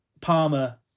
Palmer